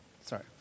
Sorry